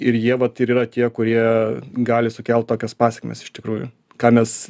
ir jie vat ir yra tie kurie gali sukelt tokias pasekmes iš tikrųjų ką mes